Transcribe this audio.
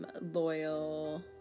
loyal